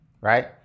right